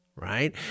Right